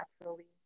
naturally